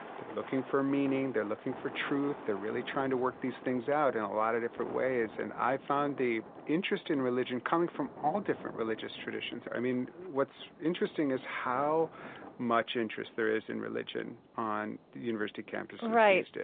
they're looking for meaning. they're looking for truth. they're really trying to work these things out in a lot of different ways and i found the interest in religion coming from all different religious traditions. i mean, what's interesting is how much interest there is in religion on university campuses these days